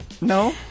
no